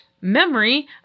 memory